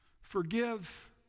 Forgive